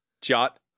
Jot